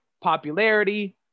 popularity